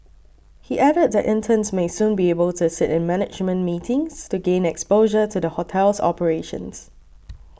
he added that interns may soon be able to sit in management meetings to gain exposure to the hotel's operations